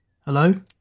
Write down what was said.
hello